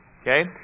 Okay